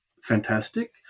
fantastic